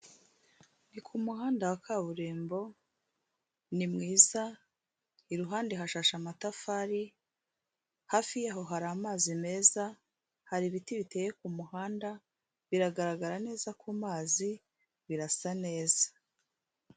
Ni ku muhanda wa kaburimbo ni mwiza iruhande hashashe amatafari, hafi yaho hari amazi meza, hari ibiti biteye ku muhanda biragaragara neza ku mazi birasa neza.